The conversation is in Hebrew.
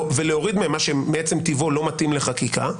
ולהוריד מה שמעצם טיבו לא מתאים לחקיקה,